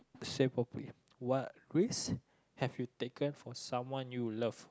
say properly what risk have you taken for someone you love